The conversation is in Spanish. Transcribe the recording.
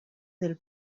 del